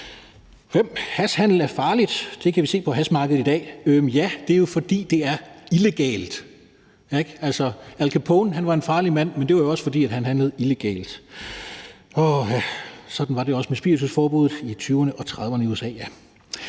Hashhandel er farligt. Det kan vi se på hashmarkedet i dag. Øh, ja, men det er jo, fordi det er illegalt, ikke? Altså, Al Capone var en farlig mand, men det var jo også, fordi han handlede illegalt. Og ja, sådan var det også med spiritusforbuddet i 1920'erne og 1930'erne i USA.